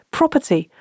property